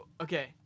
Okay